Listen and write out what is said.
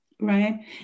right